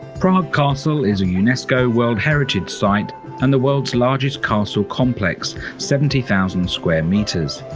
prague castle is a unesco world heritage site and the world's largest castle complex seventy thousand square meters.